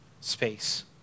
space